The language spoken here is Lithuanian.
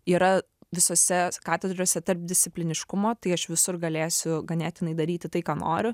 yra visose katedrose tarpdiscipliniškumo tai aš visur galėsiu ganėtinai daryti tai ką noriu